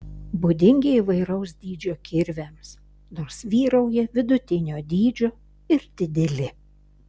būdingi įvairaus dydžio kirviams nors vyrauja vidutinio dydžio ir dideli